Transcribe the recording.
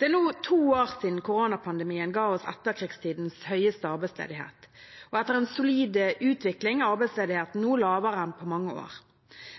Det er nå to år siden koronapandemien ga oss etterkrigstidens høyeste arbeidsledighet. Etter en solid utvikling er arbeidsledigheten nå lavere enn på mange år.